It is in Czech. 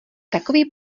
takový